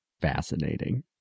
Fascinating